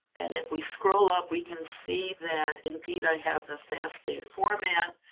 and if we scroll up, we can see that indeed i have the fasta format,